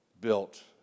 built